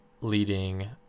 leading